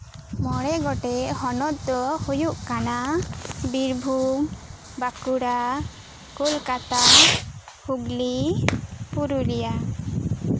ᱢᱚᱬᱮᱜᱚᱴᱮᱱ ᱦᱚᱱᱚᱛ ᱫᱚ ᱦᱩᱭᱩᱜ ᱠᱟᱱᱟ ᱵᱤᱨᱵᱷᱩᱢ ᱵᱟᱸᱠᱩᱲᱟ ᱠᱳᱞᱠᱟᱛᱟ ᱦᱩᱜᱽᱞᱤ ᱯᱩᱨᱩᱞᱤᱭᱟᱹ